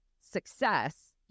success